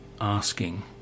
asking